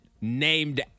named